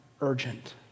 urgent